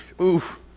Oof